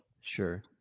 sure